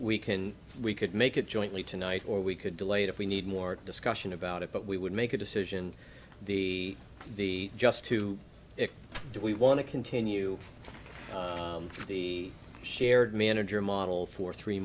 we can we could make it jointly tonight or we could delay it if we need more discussion about it but we would make a decision the the just to do we want to continue the shared manager model for three